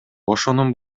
ошонун